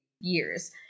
years